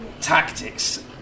tactics